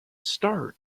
start